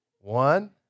One